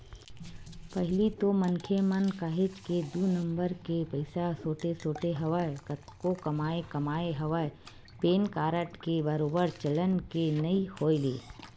पहिली तो मनखे मन काहेच के दू नंबर के पइसा सोटे सोटे हवय कतको कमाए कमाए हवय पेन कारड के बरोबर चलन के नइ होय ले